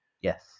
Yes